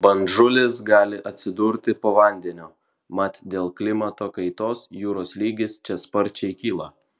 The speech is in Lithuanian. bandžulis gali atsidurti po vandeniu mat dėl klimato kaitos jūros lygis čia sparčiai kyla